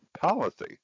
policy